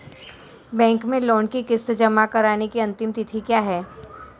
Bank में loan की किश्त जमा कराने की अंतिम तिथि क्या है?